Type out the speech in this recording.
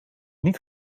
niet